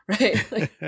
right